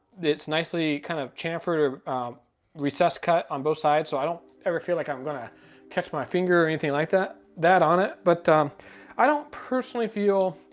it's nicely kind of chamfered, or recess cut on both sides, so i don't ever feel like i'm gonna catch my finger or anything like that that on it. but i don't personally feel